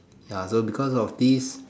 ya so because of this